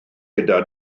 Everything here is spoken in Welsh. gyda